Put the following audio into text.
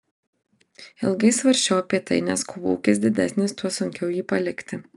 ilgai svarsčiau apie tai nes kuo ūkis didesnis tuo sunkiau jį palikti